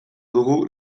dugu